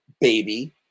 baby